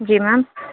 जी ma'am